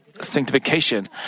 Sanctification